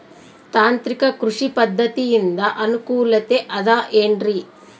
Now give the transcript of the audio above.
ತಾಂತ್ರಿಕ ಕೃಷಿ ಪದ್ಧತಿಯಿಂದ ಅನುಕೂಲತೆ ಅದ ಏನ್ರಿ?